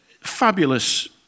fabulous